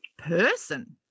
person